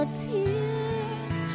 tears